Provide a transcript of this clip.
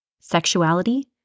sexuality